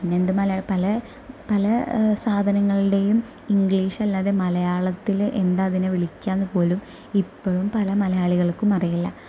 പിന്നെന്ത് മല പല പല സാധനങ്ങളുടെയും ഇംഗ്ലീഷ് അല്ലാതെ മലയാളത്തിൽ എന്താ അതിനെ വിളിയ്ക്കുകയെന്നു പോലും ഇപ്പോഴും പല മലയാളികൾക്കും അറിയില്ല